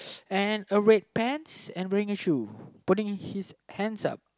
and a red pants and wearing a shoe putting his hands up